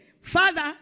Father